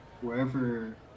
wherever